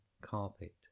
carpet